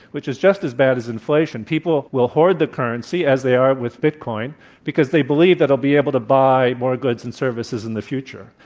which is just as bad as inflation. people will hoard the currency as they are with bitcoin because they believe they'll they'll be able to buy more goods and services in the future.